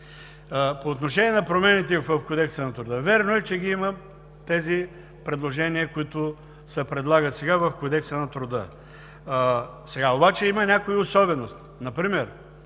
По отношение на промените в Кодекса на труда. Вярно е, че тези предложения, които се предлагат сега, ги има в Кодекса на труда, обаче има и някои особености.